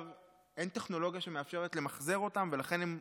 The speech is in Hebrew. אין טכנולוגיה שמאפשרת למחזר אותם ולכן הם מוטמנים,